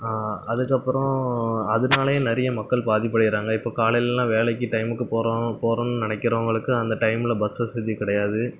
அதுக்கப்புறம் அதனாலயே நிறைய மக்கள் பாதிப்படைகிறாங்க இப்போ காலையிலலாம் வேலைக்கு டைமுக்கு போகிறோம் போகிறோம்னு நினக்கிறவங்களுக்கு அந்த டைம்லாம் பஸ் வசதி கெடையாது